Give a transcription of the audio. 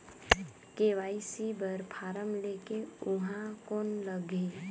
KYC बर form ले के ऊहां कौन लगही?